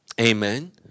Amen